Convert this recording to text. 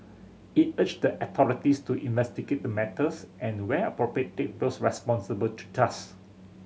it urged the authorities to investigate the matters and where appropriate take those responsible to task